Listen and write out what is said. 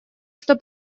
что